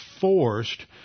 forced